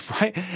right